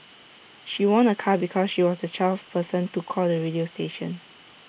she won A car because she was the twelfth person to call the radio station